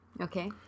Okay